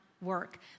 work